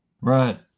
Right